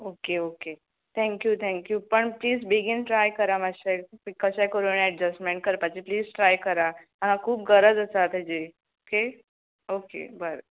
okay okay thank you thank you पूण please बेगीन try करा माश्शें कशेंय करून एडजसमॅण करपाचें तें प्लीज ट्राय करा म्हाका खूब गरज आसा तेजी के ओके बरें